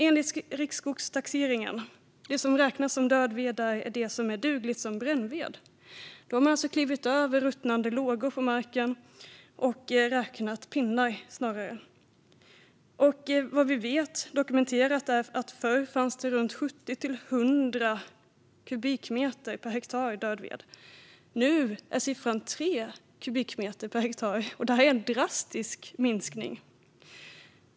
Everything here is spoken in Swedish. Enligt riksskogstaxeringen är det som räknas som död ved det som är dugligt som brännved. De har alltså klivit över ruttnande lågor på marken och snarare räknat pinnar. Det är dokumenterat att det förr fanns 70-100 kubikmeter död ved per hektar. Nu är siffran 3 kubikmeter per hektar. Det är en drastisk minskning.